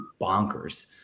bonkers